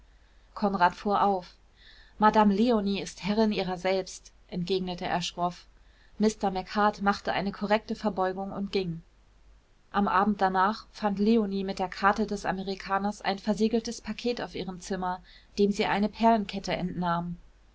konrad fuhr auf madame leonie ist herrin ihrer selbst entgegnete er schroff mister macheart machte eine korrekte verbeugung und ging am abend danach fand leonie mit der karte des amerikaners ein versiegeltes paket auf ihrem zimmer dem sie eine perlenkette entnahm